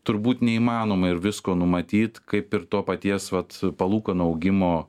turbūt neįmanoma ir visko numatyt kaip ir to paties vat palūkanų augimo